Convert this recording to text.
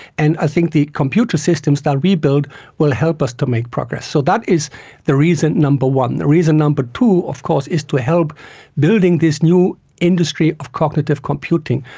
and i think the computer systems that we build will help us to make progress. so that is reason number one. the reason number two of course is to help building this new industry of cognitive computing,